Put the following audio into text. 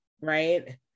Right